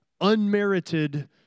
unmerited